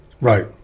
Right